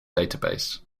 database